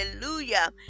hallelujah